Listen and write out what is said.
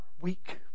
weak